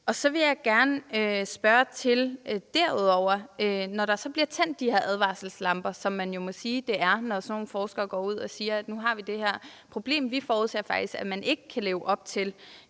Så vil jeg gerne spørge: Når der så bliver tændt de her advarselslamper – som man jo må sige at det er, når sådan nogle forskere går ud og siger, at der er det her problem, og at de faktisk forudser, at man ikke kan leve op til